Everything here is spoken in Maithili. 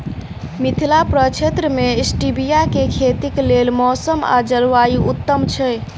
मिथिला प्रक्षेत्र मे स्टीबिया केँ खेतीक लेल मौसम आ जलवायु उत्तम छै?